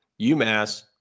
UMass